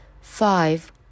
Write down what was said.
Five